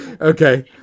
Okay